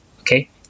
Okay